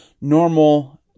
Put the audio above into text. normal